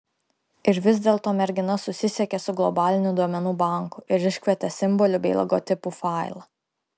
ir vis dėlto mergina susisiekė su globaliniu duomenų banku ir iškvietė simbolių bei logotipų failą